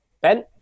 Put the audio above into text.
Ben